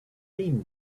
been